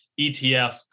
ETF